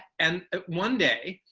and ah one day,